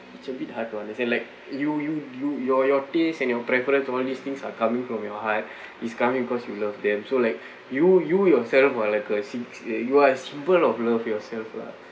it's a bit hard to understand like you you you your your taste and your preference all all these things are coming from your heart is coming because you love them so like you yourself are like a sym~ you are symbol of love yourself lah